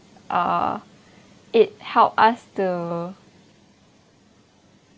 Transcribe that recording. uh it help us to